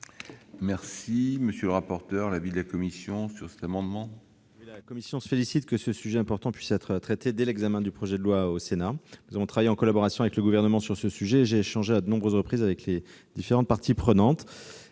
de l'Arafer. Quel est l'avis de la commission ? La commission se félicite que ce sujet important puisse être traité dès l'examen du projet de loi au Sénat. Nous avons travaillé en collaboration avec le Gouvernement sur ce sujet et j'ai échangé à de nombreuses reprises avec les différentes parties prenantes.